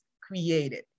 created